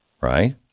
Right